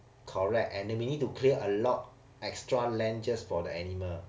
correct and then we need to clear a lot extra land just for the animal